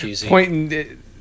pointing